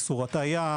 כמו איסור הטעיה,